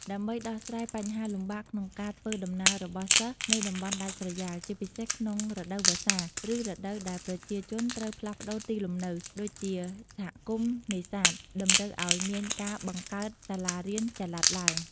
ដើម្បីដោះស្រាយបញ្ហាលំបាកក្នុងការធ្វើដំណើររបស់សិស្សនៅតំបន់ដាច់ស្រយាល ជាពិសេសក្នុងរដូវវស្សា ឬរដូវដែលប្រជាជនត្រូវផ្លាស់ប្តូរទីលំនៅ ដូចជាសហគមន៍នេសាទ តម្រូវអោយមានការបង្កើតសាលារៀនចល័តឡើង។